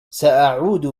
سأعود